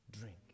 drink